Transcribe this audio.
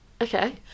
Okay